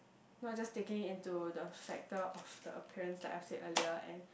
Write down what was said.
not just taking into the factor of the appearance like I've said earlier and